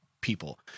people